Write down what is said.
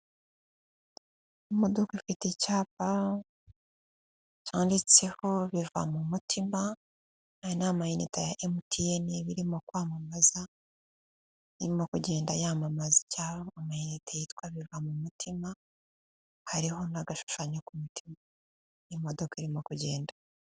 Imodoka ifite icyapag cyanditseho biva mu mutima, aya ni amayinite ya MTN iba irimo kwamamaza, irimo kugenda yamamaza icya amayinite yitwa biva mu mutima hariho n'agashushanyo k'umutima imodoka irimo kugenda.